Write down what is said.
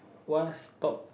what's top